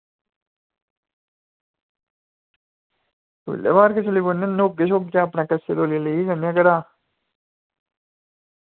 चल होर कुदै चली जन्ने आं न्हौगे ते अपना कच्छा तौलिया लेइयै जन्ने आं घरा